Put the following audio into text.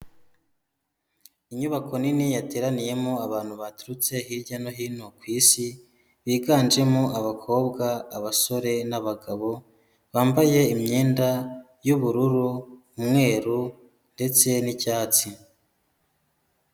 Inyubako nini yateraniyemo abantu baturutse hirya no hino ku isi, biganjemo abakobwa, abasore n'abagabo, bambaye imyenda y'ubururu, umweru ndetse n'icyatsi.